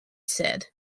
said